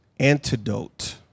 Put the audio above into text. antidote